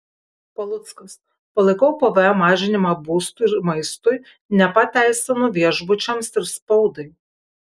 paluckas palaikau pvm mažinimą būstui ir maistui nepateisinu viešbučiams ir spaudai